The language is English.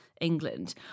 England